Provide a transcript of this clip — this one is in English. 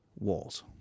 walls